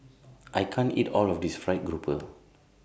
I can't eat All of This Fried Grouper